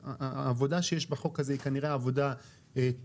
העבודה שיש בחוק הזה היא כנראה עבודה טובה,